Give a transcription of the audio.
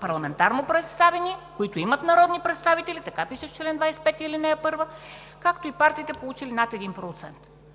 парламентарно представените партии, които имат народни представители – така пише в чл. 25, ал. 1, както и партиите, получили над 1%.